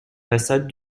façades